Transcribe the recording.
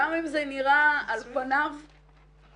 גם אם זה נראה על פניו מסובך.